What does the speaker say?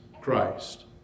Christ